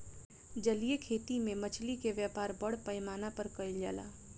जलीय खेती में मछली के व्यापार बड़ पैमाना पर कईल जाला